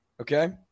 okay